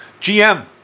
GM